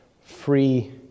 free